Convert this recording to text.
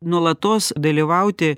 nuolatos dalyvauti